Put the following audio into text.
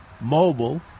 mobile